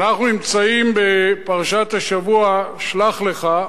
אנחנו נמצאים בפרשת שלח לך,